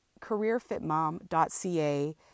careerfitmom.ca